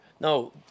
No